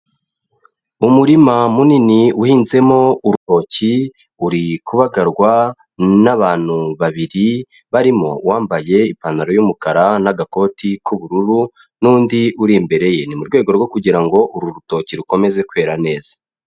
Umurima munini uhinzemo urutoki uri kubagarwa n'abantu babiri barimo uwambaye ipantaro y'umukara n'agakoti k'ubururu n'undi uri imbere ye, ni mu rwego rwo kugira ngo uru rutoki rukomeze kwera neza.